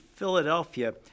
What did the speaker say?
Philadelphia